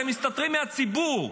אתם מסתתרים מהציבור.